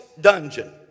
dungeon